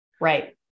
Right